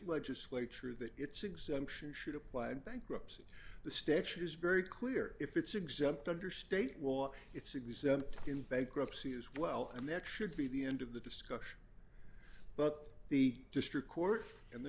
legislature that its exemption should apply in bankruptcy the statute is very clear if it's exempt under state law it's exempt in bankruptcy as well and that should be the end of the discussion but the district court and the